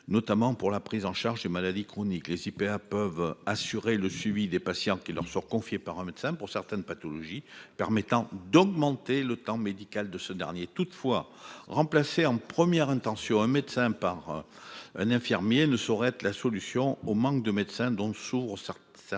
notamment pour la prise en charge des maladies chroniques l'SIPA peuvent assurer le suivi des patients qui leur sont confiées par un médecin pour certaines pathologies permettant d'augmenter le temps médical de ce dernier toutefois remplacé en première intention un médecin par. Un infirmier ne saurait être la solution au manque de médecins, donc souvent. Ça souffrent